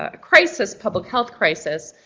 ah crisis, public health crisis,